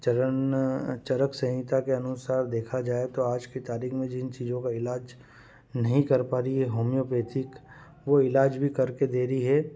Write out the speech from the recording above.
चरन चरक संहिता के अनुसार देखा जाए तो आज की तारीख में जिन चीज़ों का इलाज़ नहीं कर पा रही है होमियोपैथिक वह इलाज़ भी करके दे रही है